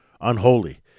unholy